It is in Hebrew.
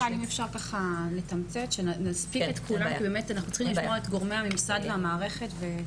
אפשר לתמצת כדי שנוכל לשמוע גם את גורמי הממסד והמערכת.